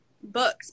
books